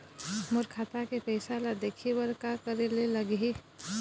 मोर खाता के पैसा ला देखे बर का करे ले लागही?